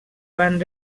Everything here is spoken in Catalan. van